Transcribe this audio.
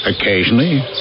Occasionally